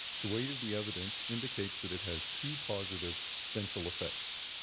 the weight of the evidence indicates that it has two positive dental effects.